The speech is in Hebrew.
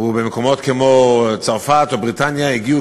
ובמקומות כמו צרפת או בריטניה הגיעו